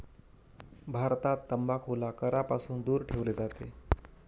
भारतात तंबाखूला करापासून दूर ठेवले जाते